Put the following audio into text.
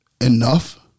Enough